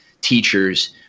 teachers